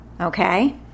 Okay